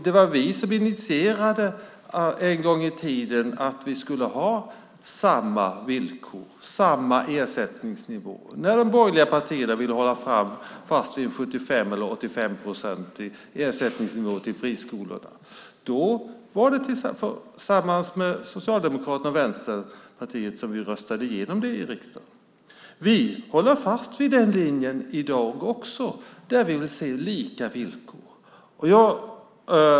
Det var vi som en gång i tiden initierade att vi skulle ha samma villkor, samma ersättningsnivå, när de borgerliga partierna ville hålla fast vid en 75 eller 85-procentig ersättningsnivå till friskolorna. Då var det tillsammans med Socialdemokraterna och Vänsterpartiet som vi röstade igenom det i riksdagen. Vi håller fast vid den linjen i dag också. Vi vill se lika villkor.